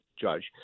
Judge